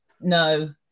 No